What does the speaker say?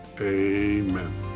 amen